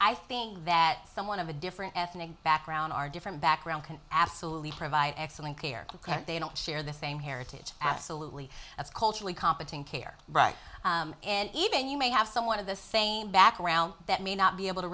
i think that someone of a different ethnic background are different background can absolutely provide excellent care because they don't share the same heritage absolutely that's culturally competent care right and even you may have someone of the same background that may not be able to